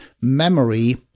memory